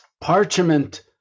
parchment